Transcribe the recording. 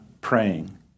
praying